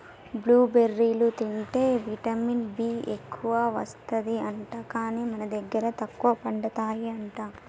blue బెర్రీలు తింటే vitamin B ఎక్కువస్తది అంట, కానీ మన దగ్గర తక్కువ పండుతాయి అంట